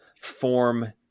form